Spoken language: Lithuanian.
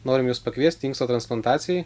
norime jus pakviesti inksto transplantacijai